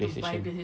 playstation